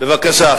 בבקשה,